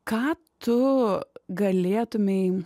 ką tu galėtumei